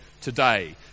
today